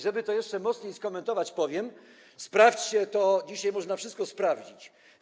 Żeby to jeszcze mocniej skomentować, powiem: sprawdźcie to, dzisiaj można wszystko sprawdzić.